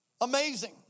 Amazing